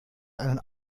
einen